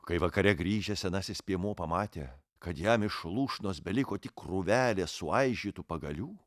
kai vakare grįžęs senasis piemuo pamatė kad jam iš lūšnos beliko tik krūvelė suaižytų pagalių